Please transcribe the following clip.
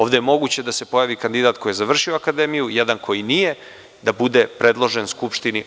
Ovde je moguće da se pojavi kandidat koji je završio akademiju, jedan koji nije da bude predložen Skupštini.